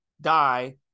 die